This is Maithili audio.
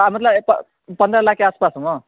हॅं मतलब पन्द्रह लाख के आस पासमे